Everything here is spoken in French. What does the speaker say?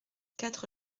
quatre